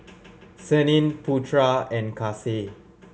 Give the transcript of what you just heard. Senin Putra and Kasih